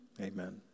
Amen